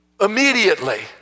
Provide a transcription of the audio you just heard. immediately